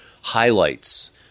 highlights